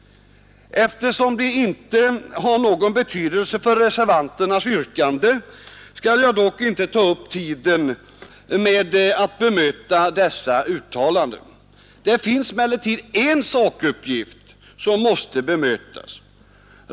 Eftersom det inte har någon betydelse för reservanternas yrkande skall jag dock inte ta upp tiden med att bemöta dessa uttalanden. En sakuppgift måste emellertid bemötas.